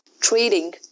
trading